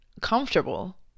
comfortable